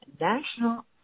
national